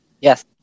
Yes